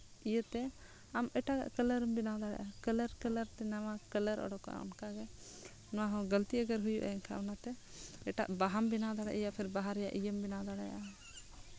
ᱤᱭᱟᱹᱛᱮ ᱟᱢ ᱮᱴᱟᱜᱟᱜ ᱠᱟᱞᱟᱨᱮᱢ ᱵᱮᱱᱟᱣ ᱫᱟᱲᱮᱭᱟᱜᱼᱟ ᱠᱟᱞᱟᱨ ᱠᱟᱞᱟᱨ ᱛᱮ ᱱᱟᱣᱟ ᱠᱟᱞᱟᱨ ᱚᱰᱚᱠᱚᱜᱼᱟ ᱚᱱᱠᱟᱜᱮ ᱱᱚᱣᱟᱦᱚᱸ ᱜᱟᱹᱞᱛᱤ ᱟᱜᱚᱨ ᱦᱩᱭᱩᱜᱼᱟ ᱮᱱᱠᱷᱟᱱ ᱚᱱᱟᱛᱮ ᱮᱴᱟᱜ ᱵᱟᱦᱟᱢ ᱵᱮᱱᱟᱣ ᱫᱟᱲᱮᱭᱟᱜᱼᱟ ᱤᱭᱟ ᱯᱷᱤᱨ ᱵᱟᱦᱟ ᱨᱮᱭᱟᱜ ᱤᱭᱟᱹᱢ ᱵᱮᱱᱟᱣ ᱫᱟᱲᱮᱭᱟᱜᱼᱟ